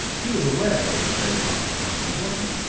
he was aware, as descartes apparently wasn't,